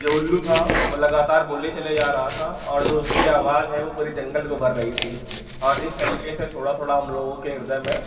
जो उल्लू था वह लगातार बोले चले जा रहा था और जो उसकी आवाज़ है वह पूरे जंगल को भर रही थी और इस तरीके से थोड़ा थोड़ा हमलोगों के हृदय में